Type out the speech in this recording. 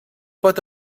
pot